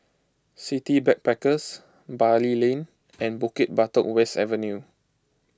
City Backpackers Bali Lane and Bukit Batok West Avenue